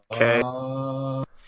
Okay